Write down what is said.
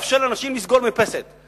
ניהלתי את ישיבות מועצת המינהל.